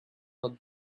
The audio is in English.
not